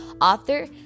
author